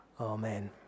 Amen